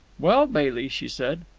well, bailey, she said,